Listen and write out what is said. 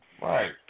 Right